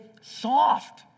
soft